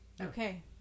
Okay